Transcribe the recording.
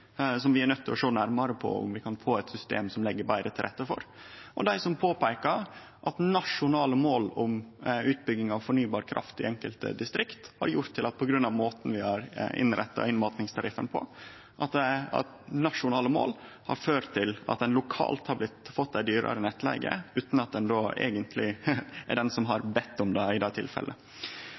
få eit system som legg betre til rette for det – og dei som påpeikar at nasjonale mål om utbygging av fornybar kraft i enkelte distrikt, på grunn av måten vi har innretta innmatingstariffen på, har ført til at ein lokalt har fått ei dyrare nettleige utan at ein i det tilfellet eigentleg er den som har bede om det.